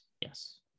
yes